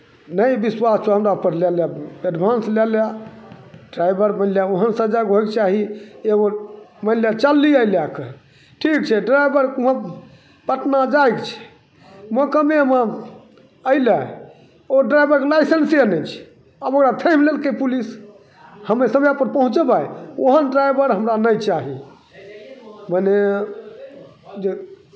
नहि विश्वास छह हमरापर लऽ लए तू एड्भाँस लऽ लए ड्राइवर मानि लए ओहन सजग होइक चाही एगो मानि लए चललियै लए कऽ ठीक छै ड्राइवर कोनो पटना जाइ छै मोकामेमे अयलै ओ ड्राइवर लाइसेंसे नहि छै आब ओकरा छानि लेलकै पुलिस हम्मे समएपर पहुँचबै ओहन ड्राइवर हमरा नहि चाही माने जे